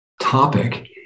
topic